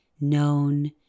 known